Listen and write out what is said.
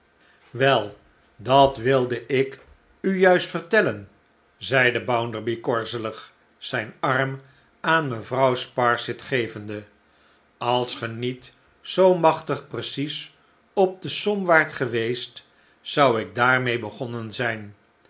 jjwel dat wilde ik u juist vertellen zeide bounderby korzelig zijn arm aan mevrouw sparsit gevende als ge niet zoo machtig precies op de som waart geweest zou ik daarmee begonnen zijn